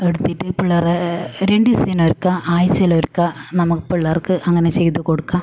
എടുത്തിട്ട് പിള്ളേരെ രണ്ടീസത്തിനൊരിക്ക ആഴ്ചയിലൊരിക്ക നമുക്ക് പിള്ളെർക്ക് അങ്ങനെ ചെയ്ത് കൊടുക്കുക